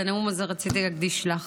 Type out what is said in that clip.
את הנאום הזה רציתי להקדיש לך,